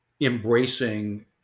embracing